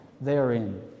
therein